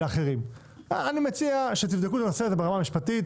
אני מציע שתבדקו את הנושא הזה ברמה המשפטית.